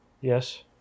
Yes